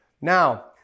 Now